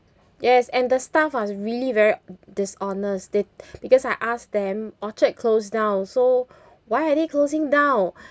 yes and the staff was really very dishonest they because I asked them orchard closed down so why are they closing down